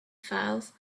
files